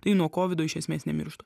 tai nuo kovido iš esmės nemiršta